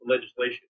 legislation